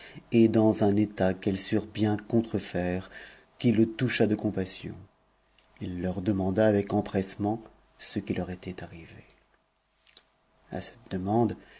et dans un état qu'elles surent bien contrefaire qui le toucha de compassion i leur demanda vcc empressement ce qui leur était arrivé a cette demande